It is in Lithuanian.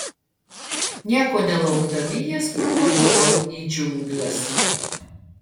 nieko nelaukdami jie spruko toliau į džiungles